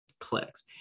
clicks